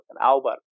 Albert